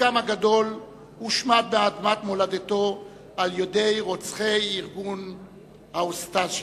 חלקם הגדול הושמדו על אדמת מולדתם בידי רוצחי ארגון ה"אוסטשי".